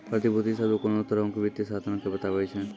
प्रतिभूति शब्द कोनो तरहो के वित्तीय साधन के बताबै छै